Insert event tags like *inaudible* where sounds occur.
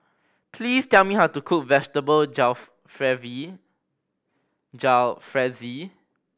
please tell me how to cook Vegetable *unintelligible* Jalfrezi